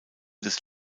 des